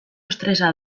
estresa